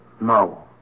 No